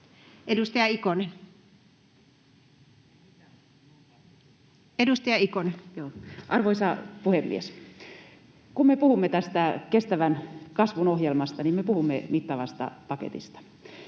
Edustaja Ikonen. Arvoisa puhemies! Kun me puhumme tästä kestävän kasvun ohjelmasta, niin me puhumme mittavasta paketista.